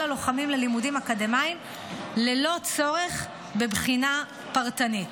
הלוחמים ללימודים אקדמיים ללא צורך בבחינה פרטנית.